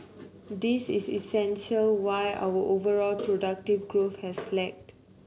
this is essentially why our overall productivity growth has lagged